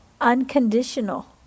Unconditional